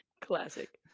Classic